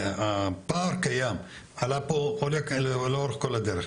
הפער קיים ועלה פה לאורך כל הדרך.